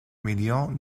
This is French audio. million